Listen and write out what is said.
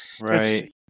right